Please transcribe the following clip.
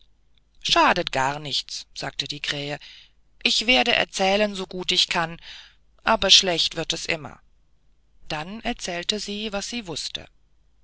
schadet gar nichts sagte die krähe ich werde erzählen so gut ich kann aber schlecht wird es immer dann erzählte sie was sie wußte